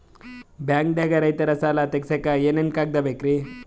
ಬ್ಯಾಂಕ್ದಾಗ ರೈತರ ಸಾಲ ತಗ್ಸಕ್ಕೆ ಏನೇನ್ ಕಾಗ್ದ ಬೇಕ್ರಿ?